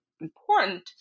important